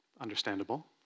Understandable